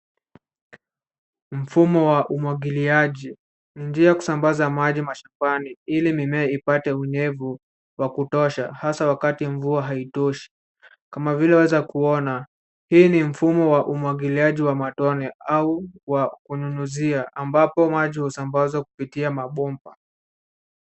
Mfumo wa umwagiliaji, njia ya kusambaza maji mashambani ili mimea ipate unyevu wa kutosha hasa wakati mvua haitoshi. Kama vile waweza kuona, hii ni Mfumo wa umwagiliaji wa matone au wa kunyunyuzia ambapo maji husambazwa kupitia mabomba.